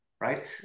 right